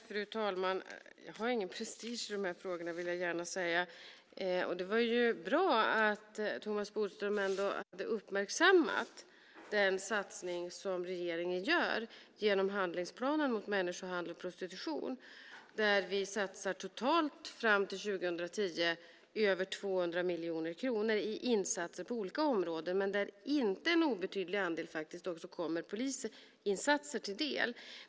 Fru talman! Jag har ingen prestige i de här frågorna, vill jag gärna säga. Det var bra att Thomas Bodström ändå hade uppmärksammat den satsning som regeringen gör genom handlingsplanen mot människohandel och prostitution. Där satsar vi totalt, fram till 2010, över 200 miljoner kronor på insatser på olika områden. En inte obetydlig andel kommer faktiskt också polisinsatser till del.